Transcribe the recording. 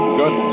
good